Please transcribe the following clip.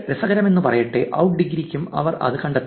രസകരമെന്നു പറയട്ടെ ഔട്ട് ഡിഗ്രിക്കും അവർ അത് കണ്ടെത്തി